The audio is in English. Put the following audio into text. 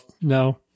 no